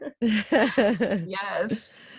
yes